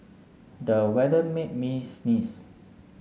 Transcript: the weather made me sneeze